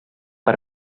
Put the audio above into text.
per